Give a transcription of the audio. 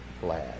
glad